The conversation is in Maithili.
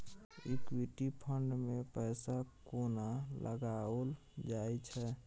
इक्विटी फंड मे पैसा कोना लगाओल जाय छै?